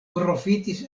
profitis